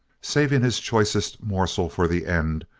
saving his choicest morsel for the end,